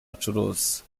acuruza